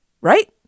right